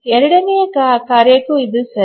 ಎರಡನೆಯ ಕಾರ್ಯಕ್ಕೂ ಇದು ಸರಿ